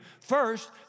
first